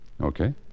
Okay